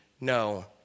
no